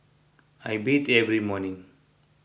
I bathe every morning